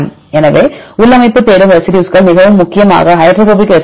எனவே உள்ளமைப்பு தேடும் ரெசிடியூஸ்கள் முக்கியமாக ஹைட்ரோபோபிக் ரெசிடியூஸ்கள்